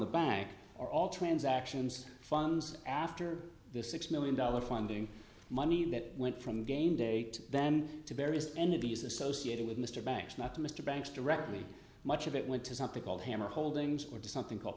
the bank or all transactions funds after the six million dollars funding money that went from game date then to various entities associated with mr banks not to mr banks directly much of it went to something called hammer holdings or to something called